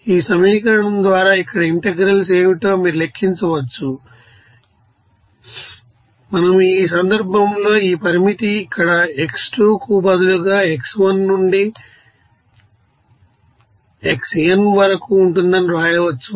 ఈ సమీకరణం ద్వారా ఇక్కడ ఇంటెగ్రల్స్ ఏమిటో మీరు లెక్కించవచ్చు ఈ మనము సందర్భంలో ఈ పరిమితి ఇక్కడ x2 కు బదులుగా x1 నుండి xn వరకు ఉంటుందని వ్రాయవచ్చు